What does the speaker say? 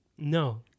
no